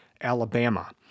Alabama